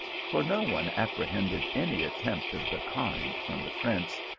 for no one apprehended any attempt of the kind from the prince,